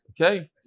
Okay